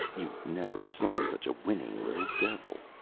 you never saw such a winning little devil.